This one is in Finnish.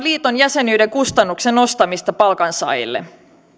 liiton jäsenyyden kustannuksen nostamista palkansaajille